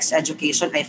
education